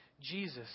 Jesus